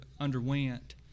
underwent